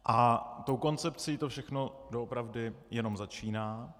A tou koncepcí to všechno doopravdy jenom začíná.